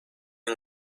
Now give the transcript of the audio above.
این